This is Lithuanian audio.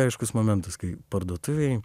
aiškus momentas kai parduotuvėj